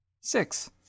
Six